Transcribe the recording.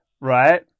right